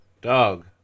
Dog